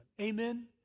Amen